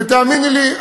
ותאמיני לי,